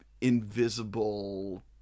invisible